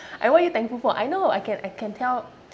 and what are you thankful for I know I can I can tell